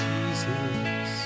Jesus